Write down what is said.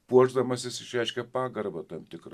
puošdamasis išreiškia pagarbą tam tiką